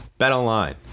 BetOnline